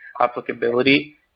applicability